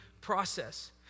process